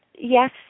yes